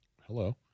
Hello